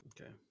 Okay